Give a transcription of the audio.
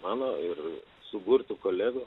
mano ir suburtų kolegų